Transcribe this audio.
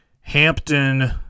Hampton